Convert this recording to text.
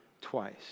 twice